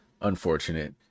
Unfortunate